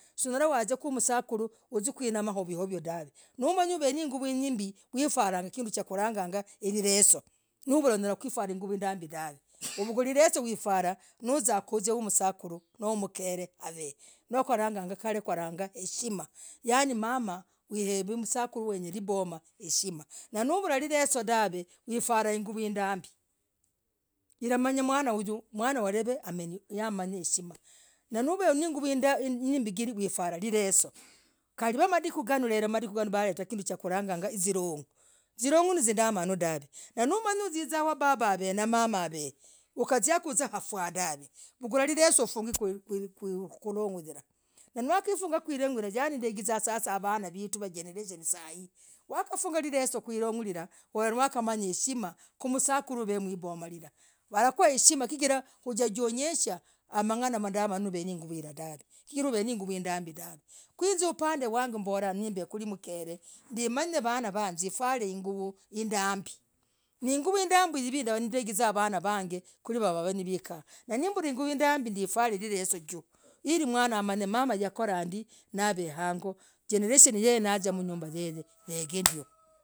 Soonyalah, wazizaa kusakuruu. huzie kwihimah, hovyo dahvee. noo. umanya ulinaiguvoo hiimbii. noo. furagakinduukwalagaga, hileso, uvuguli lileso, hufwarah. niuziakwamsakuru. noo. mkere avammm. kinduu. karekwaragaga heshima yani. mamah. namsakuru havoo heshima. nauvulah. iguvoo. lileso fwara hindambii. ilamanyah mwana huyu mwana wareve. yamanya heshima novenaiguvoo himbikirii. ufwarah lileso. kaliwamadiku ganoo valeta kinduukwalagaga zilongii! Zilongii nizidamanu dahv naumanyi uziza wababah, avee. namamah. ukaziakuu. fwaaa, dahv vugulah lileso ufugeku kulong'oorilah. no wakifugaku ilongii naigiza sasa vaanah, wa jerereshonii. yasai uravaa naheshima walakuwa heshima chigirah ujajionyesha amang'ana madamanuu dahv ufwari indambii niguvoo hindimbii. ndegizaa vanaa vag kwirinavavakwikarah. namblah iguvoo imbii. ufware lileso juu ilimwana amanye mamah. yakorandii. navehangoo, jenereshenii yenya nazia mnyumbah yeye hageeendioo.